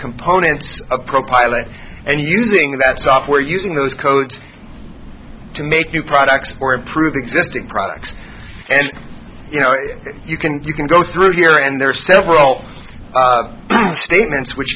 components a profiler and using that software using those codes to make new products or improve existing products and you know you can you can go through here and there are several statements which